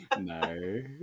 No